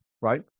right